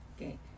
okay